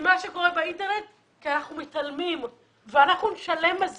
ממה שקורה באינטרנט כי אנחנו מתעלמים ואנחנו נשלם על זה.